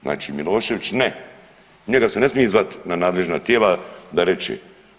Znači Milošević ne, njega se ne smije zvati na nadležna tijela da reče.